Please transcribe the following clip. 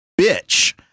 bitch